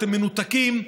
אתם מנותקים,